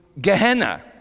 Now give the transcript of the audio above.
Gehenna